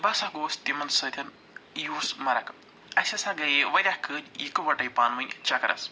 بہٕ ہسا گوس تِمَن سۭتۍ یوٗسمرگ اَسہِ ہسا گٔیے واریاہ کٲلۍ یِکہٕ وَٹٕے پانہٕ ؤنۍ چکرَس